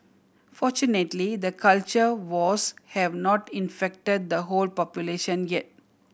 fortunately the culture wars have not infected the whole population yet